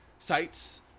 sites